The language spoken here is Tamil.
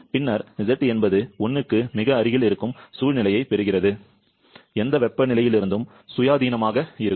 பின்னர் z என்பது 1 க்கு மிக அருகில் இருக்கும் சூழ்நிலையைப் பெறுகிறது எந்த வெப்பநிலையிலிருந்தும் சுயாதீனமாக இருக்கும்